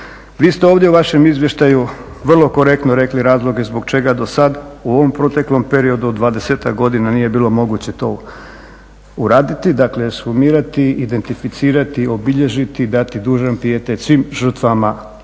Vi ste ovdje u vašem izvještaju vrlo korektno rekli razloge zbog čega do sada u ovom proteklom periodu od 20-ak godina nije bilo moguće to uraditi, dakle ekshumirati, identificirati, obilježiti i dati dužan pijetet svim žrtvama